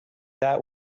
that